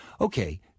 Okay